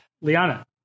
Liana